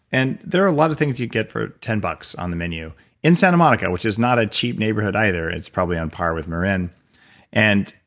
and there are a lot of things you get for ten bucks on the menu in santa monica, which is not a cheap neighborhood either, it's probably on par with marin and,